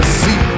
see